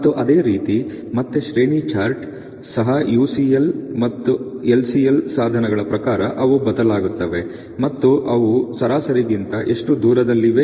ಮತ್ತು ಅದೇ ರೀತಿ ಮತ್ತೆ ಶ್ರೇಣಿ ಚಾರ್ಟ್ ಸಹ UCL ಅಥವಾ LCL ಸಾಧನಗಳ ಪ್ರಕಾರ ಅವು ಬದಲಾಗುತ್ತವೆ ಮತ್ತು ಅವು ಸರಾಸರಿಗಿಂತ ಎಷ್ಟು ದೂರದಲ್ಲಿವೆ